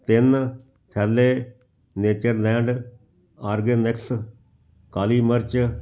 ਤਿੰਨ ਥੈਲੈ Natureland Organics ਕਾਲੀ ਮਿਰਚ